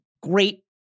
great